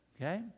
Okay